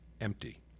empty